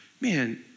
Man